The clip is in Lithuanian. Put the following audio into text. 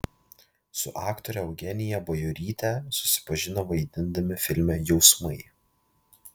su aktore eugenija bajoryte susipažino vaidindami filme jausmai